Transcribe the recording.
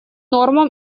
нормам